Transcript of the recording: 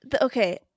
okay